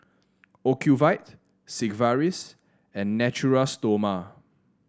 Ocuvite Sigvaris and Natura Stoma